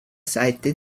seite